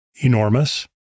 enormous